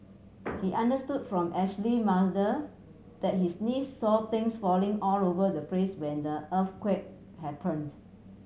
he understood from Ashley mother that his niece saw things falling all over the place when the earthquake happened